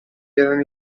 erano